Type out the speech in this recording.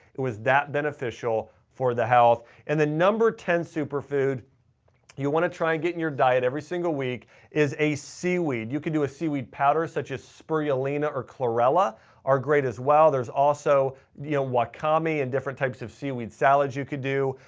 it was that beneficial for the health. and the number ten super food you want to try and get and your diet every single week is a seaweed. you can do a seaweed powder such as spirulina, or chlorella are great as well. there's also ah wakame and different types of seaweed salads you could do.